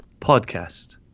Podcast